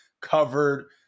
covered